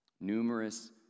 Numerous